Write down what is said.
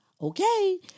okay